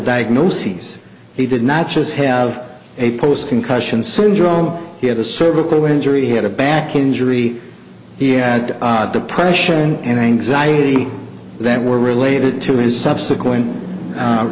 diagnoses he did not just have a post concussion syndrome he had a cervical injury had a back injury he had the pressure and anxiety that were related to his subsequent